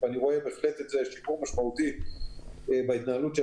אני רואה בהחלט שיפור משמעותי בהתנהלות של